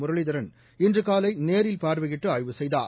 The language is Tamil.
முரளிதரன் இன்றுகாலைநேரில் பார்வையிட்டுஆய்வு செய்தார்